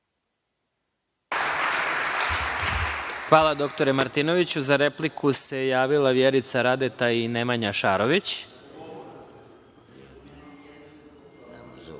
Hvala dr. Martinoviću.Za repliku se javila Vjerica Radeta i Nemanja Šarović.(Vjerica